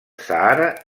sàhara